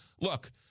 Look